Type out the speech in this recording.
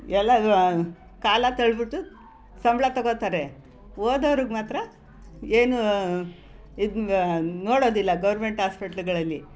ಎಲ್ಲ ಕಾಲ ತಳ್ಳಿಬಿಟ್ಟು ಸಂಬಳ ತಗೋತಾರೆ ಹೋದವ್ರಿಗೆ ಮಾತ್ರ ಏನು ಇದು ನೋಡೋದಿಲ್ಲ ಗೌರ್ಮೆಂಟ್ ಹಾಸ್ಪಿಟ್ಲುಗಳಲ್ಲಿ